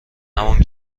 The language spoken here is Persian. همون